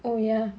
oh ya